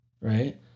right